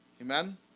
Amen